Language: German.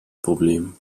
problem